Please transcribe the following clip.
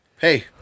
Hey